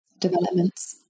developments